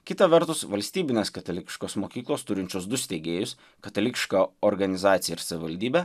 kita vertus valstybinės katalikiškos mokyklos turinčios du steigėjus katalikiška organizacija ir savivaldybė